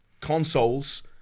consoles